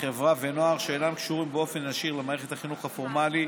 חברה ונוער שאינם קשורים באופן ישיר למערכת החינוך הפורמלי,